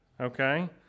Okay